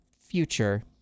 future